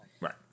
Right